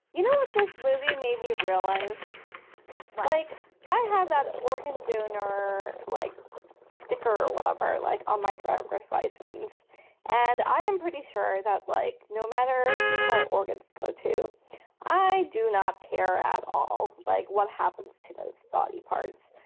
you know what this movie made me realize like i have that organ donor like sticker or whatever like on ah my driver's license and i am pretty sure that like no matter who my organs go to i do not care at all like what happens to those body parts.